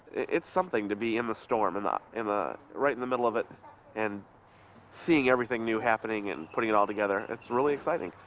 it's something to be in the storm, and ah right in the middle of it and seeing everything new happening and putting it all together. it's really exciting.